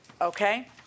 Okay